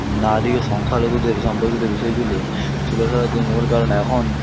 নারী ও সংখ্যালঘুদের সম্পর্কিত বিষয়গুলি তুলে ধরার যে মূল কারণ এখন